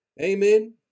Amen